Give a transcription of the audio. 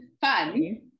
fun